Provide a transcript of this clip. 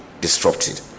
disrupted